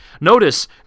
Notice